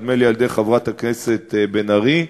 נדמה לי שעל-ידי חברת הכנסת בן ארי,